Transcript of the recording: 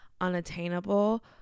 unattainable